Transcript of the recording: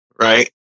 Right